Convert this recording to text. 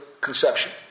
Conception